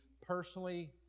personally